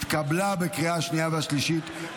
התקבלה בקריאה השנייה והשלישית,